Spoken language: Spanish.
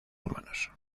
humanos